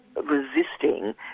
resisting